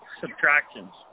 subtractions